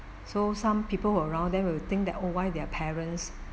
so some people who around them will think that oh why their parents